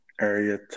area